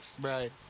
Right